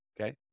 Okay